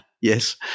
yes